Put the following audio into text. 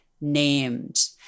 named